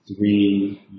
three